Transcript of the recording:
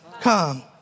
come